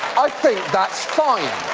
i think that's fine.